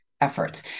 efforts